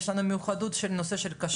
יש לנו את המיוחדות של נושא הכשרות,